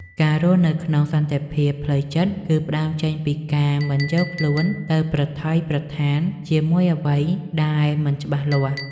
ការរស់នៅក្នុងសន្តិភាពផ្លូវចិត្តគឺផ្ដើមចេញពីការមិនយកខ្លួនទៅប្រថុយប្រថានជាមួយអ្វីដែលមិនច្បាស់លាស់។